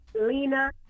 Lena